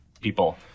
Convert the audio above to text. people